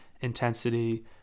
intensity